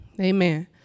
Amen